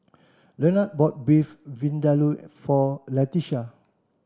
Lenard bought Beef Vindaloo for Latisha